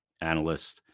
analysts